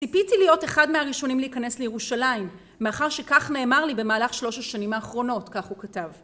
ציפיתי להיות אחד מהראשונים להיכנס לירושלים מאחר שכך נאמר לי במהלך שלוש השנים האחרונות כך הוא כתב